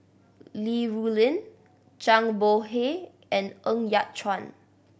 Li Rulin Zhang Bohe and Ng Yat Chuan